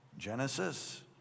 Genesis